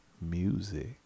music